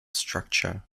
structure